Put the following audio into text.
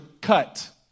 cut